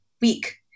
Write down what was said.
week